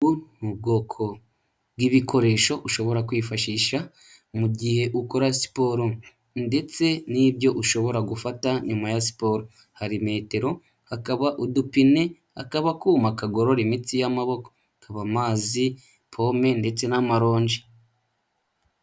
Ubu ni ubwoko bw'ibikoresho ushobora kwifashisha mu gihe ukora siporo ndetse n'ibyo ushobora gufata nyuma ya siporo, hari metero, hakaba udupine, hakaba akuma kagorora imitsi y'amaboko, hakaba amazi, pome ndetse n'amaronji.